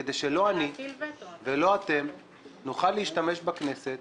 כדי שלא אני ולא אתם נוכל להשתמש בכנסת